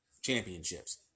championships